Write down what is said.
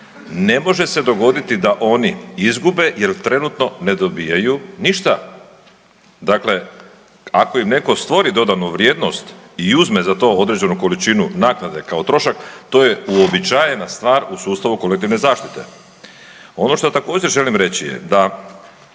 Ne može se dogoditi da oni izgube jer trenutno ne dobijaju ništa. Dakle, ako im netko stvori dodanu vrijednosti i uzme za to određenu količinu naknade kao trošak to je uobičajena stvar u sustavu kolektivne zaštite. Ono što također želim reći je da